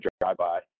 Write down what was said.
drive-by